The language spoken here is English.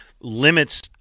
limits